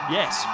yes